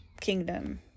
kingdom